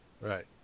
Right